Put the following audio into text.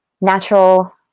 natural